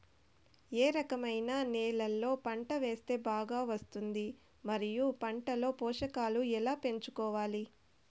ఏ రకమైన నేలలో పంట వేస్తే బాగా వస్తుంది? మరియు పంట లో పోషకాలు ఎలా పెంచుకోవాలి?